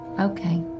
okay